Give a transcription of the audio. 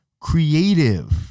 creative